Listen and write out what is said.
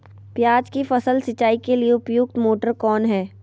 प्याज की फसल सिंचाई के लिए उपयुक्त मोटर कौन है?